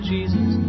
Jesus